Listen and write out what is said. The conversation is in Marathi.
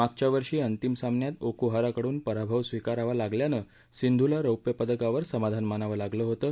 मागच्या वर्षी अंतिम सामन्यात ओकुहाराकडून पराभव स्विकारावा लागल्यानं सिंधुला रौप्य पदकावर समाधान मानावं लागलं होतं